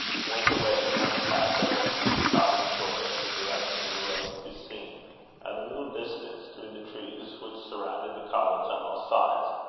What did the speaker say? went away down the path that led from the cottage door, in the direction of a road to be seen at a little distance through the trees, which surrounded the cottage on all sides.